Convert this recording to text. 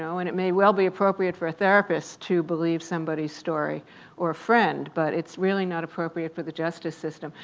so and it may well be appropriate for a therapist to believe somebody's story or a friend, but it's really not appropriate for the justice system.